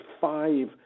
five